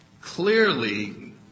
Clearly